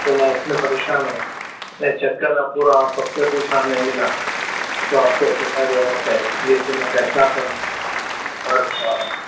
تو میں اُس لیے پریشان ہوں کئی چکر پورا سب سے پوچھا نہیں ملا تو آپ کو اطلاع دے رہا ہوں سر اِس لیے کہ میں کیسا کروں پرس ہمارا